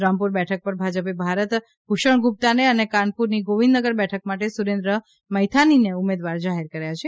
રામપુર બેઠક પર ભાજપે ભારત ભુષણગુપ્તાને અને કાનપુરની ગોવિંદનગર બેઠક માટે સુરેન્દ્ર મૈથાનીને ઉમેદવાર જાહેર કર્યા છે